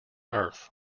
earth